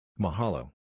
Mahalo